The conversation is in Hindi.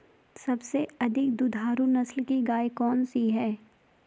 सबसे अधिक दुधारू नस्ल की गाय कौन सी है?